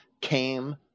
came